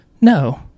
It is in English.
No